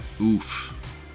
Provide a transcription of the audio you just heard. oof